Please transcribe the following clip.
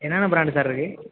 என்னென்ன brand sir இருக்கு